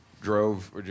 drove